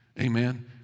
amen